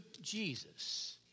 Jesus